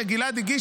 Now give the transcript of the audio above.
שגלעד הגיש,